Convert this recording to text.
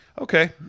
okay